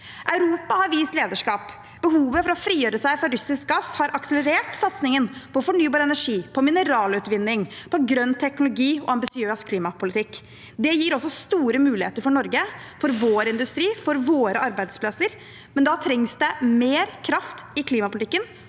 Europa har vist lederskap. Behovet for å frigjøre seg fra russisk gass har akselerert satsingen på fornybar energi, på mineralutvinning, på grønn teknologi og på ambisiøs klimapolitikk. Det gir også store muligheter for Norge, for vår industri og våre arbeidsplasser, men da trengs det mer kraft i klimapolitikken